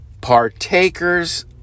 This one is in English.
partakers